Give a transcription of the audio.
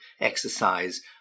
exercise